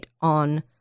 on